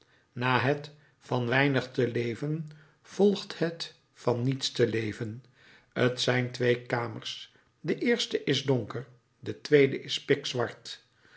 na het van weinig te leven volgt het van niets te leven t zijn twee kamers de eerste is donker de tweede is pikzwart